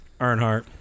Earnhardt